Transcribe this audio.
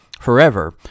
forever